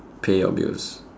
pay your bills